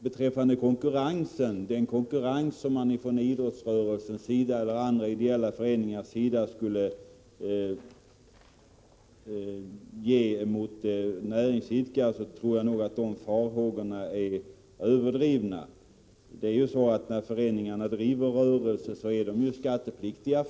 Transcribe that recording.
Beträffande den konkurrens som idrottsrörelsen och andra ideella föreningar skulle ge näringsidkare tror jag att farhågorna är överdrivna. När föreningarna driver rörelse blir denna skattepliktig.